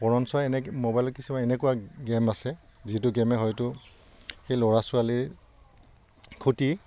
বৰঞ্চ এনে মোবাইলত কিছুমান এনেকুৱা গে'ম আছে যিটো গেমে হয়তো সেই ল'ৰা ছোৱালীৰ ক্ষতি